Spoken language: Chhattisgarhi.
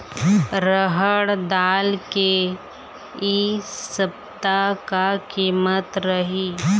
रहड़ दाल के इ सप्ता का कीमत रही?